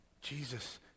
Jesus